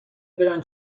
برایان